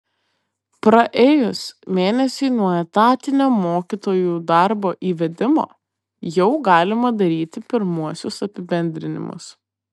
praėjus mėnesiui nuo etatinio mokytojų darbo įvedimo jau galima daryti pirmuosius apibendrinimus